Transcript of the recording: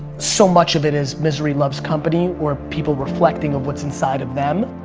so much of it is misery loves company. or people reflecting of what's inside of them.